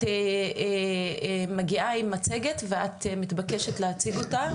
את מגיעה עם מצגת ואת מתבקשת להציג אותה,